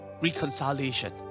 reconciliation